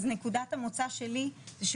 יש